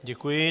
Děkuji.